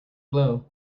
blow